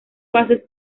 fases